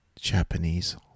Japanese